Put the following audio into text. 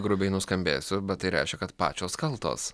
grubiai nuskambėsiu bet tai reiškia kad pačios kaltos